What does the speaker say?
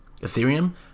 Ethereum